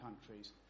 countries